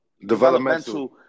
developmental